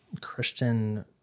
Christian